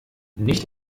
nicht